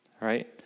Right